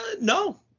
No